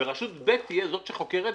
ורשות ב' תהיה זאת שחוקרת,